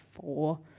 four